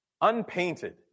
Unpainted